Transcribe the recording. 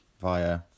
via